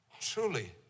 Truly